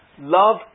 Love